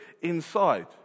inside